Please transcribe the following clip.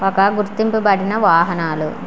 ఒక గుర్తింపబడిన వాహనాలు